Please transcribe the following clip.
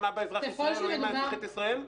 אבא אזרח ישראלי או אימא אזרחית ישראל?